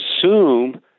assume